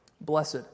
Blessed